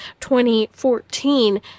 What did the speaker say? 2014